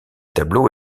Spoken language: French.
tableaux